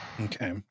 Okay